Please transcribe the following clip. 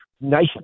nice